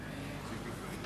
בבקשה.